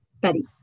Betty